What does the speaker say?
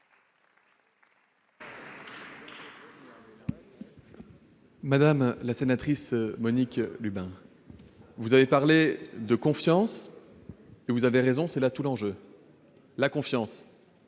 Madame la sénatrice Monique Lubin, vous avez parlé de confiance. Vous avez raison, c'est là tout l'enjeu. Dans le